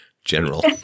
general